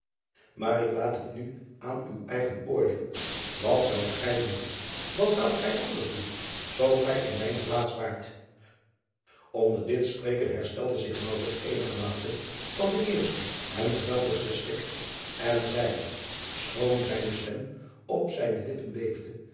maar ik laat het nu aan uw eigen oordeel wat zoudt gij doen wat zoudt gij anders doen zoo gij in mijne plaats waart nder dit spreken herstelde zich eenigermate van den eersten en geweldigsten schrik en zeide schoon zijne stem op zijne lippen